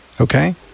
okay